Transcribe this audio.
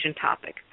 topic